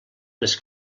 les